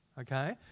Okay